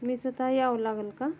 मी स्वत यावं लागेल का